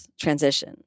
transition